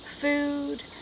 food